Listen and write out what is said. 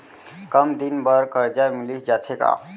कम दिन बर करजा मिलिस जाथे का?